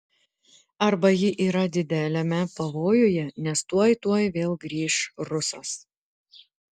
arba ji yra dideliame pavojuje nes tuoj tuoj vėl grįš rusas